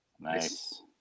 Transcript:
Nice